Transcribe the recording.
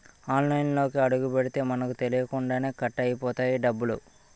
ఆన్లైన్లోకి అడుగుపెడితే మనకు తెలియకుండానే కట్ అయిపోతాయి డబ్బులు